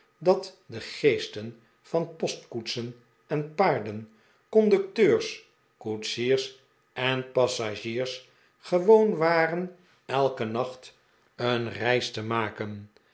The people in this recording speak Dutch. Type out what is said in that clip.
dat de geesten van postkoetsen en paarden conducteurs koetsiers en passagiers gewoon waren elken nacht een reis te makenj